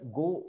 go